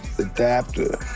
Adapter